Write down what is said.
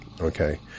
Okay